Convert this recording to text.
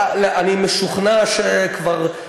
אני משוכנע שכבר,